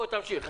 תמשיך.